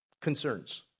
concerns